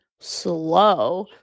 slow